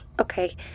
okay